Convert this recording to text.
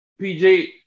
PJ